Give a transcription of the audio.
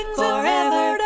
forever